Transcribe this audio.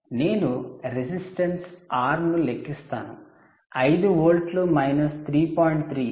నేను resistance R ను లెక్కిస్తాను 5 వోల్ట్ల మైనస్ 3